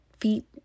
feet